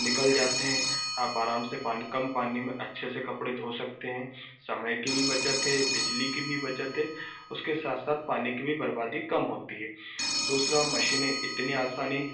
निकल जाते हैं आप आराम से पानी कम पानी में अच्छे से कपड़े धो सकते हैं समय की भी बचत है बिजली की भी बचत है उसके साथ साथ पानी की भी बर्बादी कम होती है दूसरा मशीने इतनी आसानी